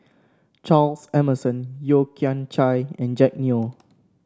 Charles Emmerson Yeo Kian Chai and Jack Neo